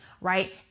right